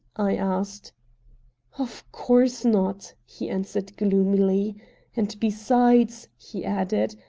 i asked of course not! he answered gloomily and, besides, he added,